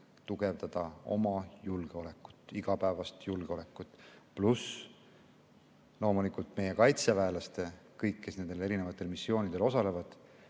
tugevdada oma julgeolekut, igapäevast julgeolekut, pluss loomulikult meie kaitseväelastele – kõikidele, kes nendel eri missioonidel osalevad